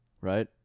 Right